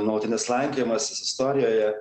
nuolatinis slankiojimasis istorijoje